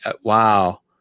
wow